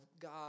God